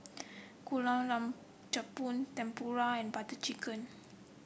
Gulab Jamun Tempura and Butter Chicken